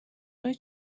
خوای